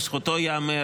לזכותו ייאמר,